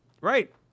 Right